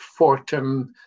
Fortum